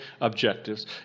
objectives